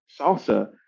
salsa